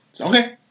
Okay